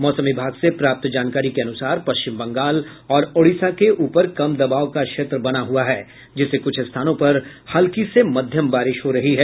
मौसम विभाग से प्राप्त जानकारी के अनुसार पश्चिम बंगाल और ओडिसा के ऊपर कम दबाव का क्षेत्र बना हुआ है जिससे कुछ स्थानों पर हल्की से मध्यम बारिश हो रही है